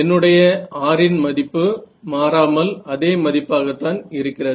என்னுடைய R இன் மதிப்பு மாறாமல் அதே மதிப்பாகத்தான் இருக்கிறது